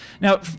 Now